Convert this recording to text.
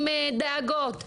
עם דאגות.